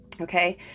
okay